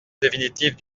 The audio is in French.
définitive